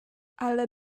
ale